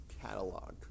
catalog